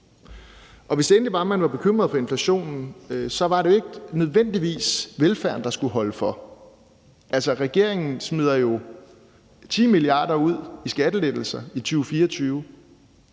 Og hvis det endelig var, man var bekymret for inflationen, var det jo ikke nødvendigvis velfærden, der skulle holde for. Altså, regeringen smider jo 10 mia. kr. ud i skattelettelser i 2024.